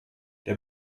der